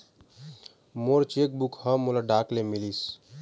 मोर cheque book ह मोला डाक ले मिलिस